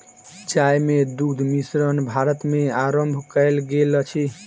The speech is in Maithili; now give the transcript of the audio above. चाय मे दुग्ध मिश्रण भारत मे आरम्भ कयल गेल अछि